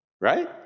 Right